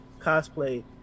cosplay